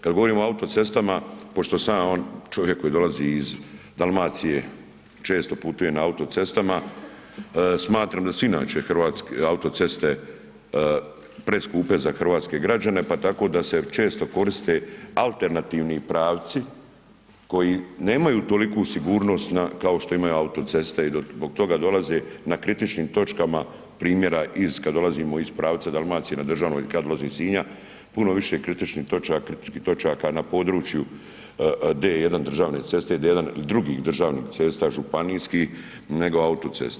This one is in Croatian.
Kad govorimo o autocestama, pošto sam ja čovjek koji dolazi iz Dalmacije, često putujem autocestama, smatram da su inače Hrvatske autoceste preskupe za hrvatske građane, pa tako da se često koriste alternativni pravci koji nemaju toliku sigurnost kao što imaju autoceste i zbog toga dolaze na kritičnim točkama primjera iz, kad dolazimo iz pravca Dalmacije na državnoj kad … [[Govornik se ne razumije]] iz Sinja, puno više kritičnih točaka, kritičkih točaka na području D1 državne ceste, D1 i drugih državnih cesta županijskih nego autoceste.